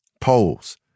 poles